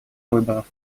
выборов